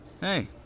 Hey